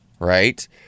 Right